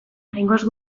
oraingoz